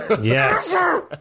Yes